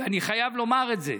ואני חייב לומר את זה,